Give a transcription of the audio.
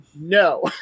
No